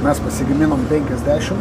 mes pasigaminom penkiasdešimt